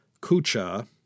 Kucha